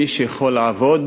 מי שיכול לעבוד,